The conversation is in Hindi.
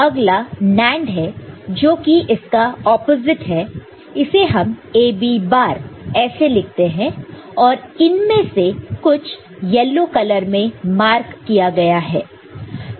अगला NAND है जो कि इसका ऑपोजिट है इसे हम AB बार ऐसे लिखते हैं और इनमें से कुछ येलो कलर में मार्क किया गया है